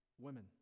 women